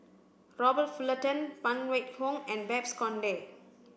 Robert Fullerton Phan Wait Hong and Babes Conde